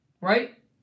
right